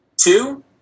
Two